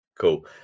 Cool